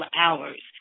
hours